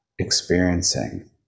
experiencing